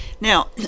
now